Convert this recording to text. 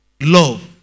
Love